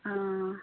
অঁ